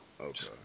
Okay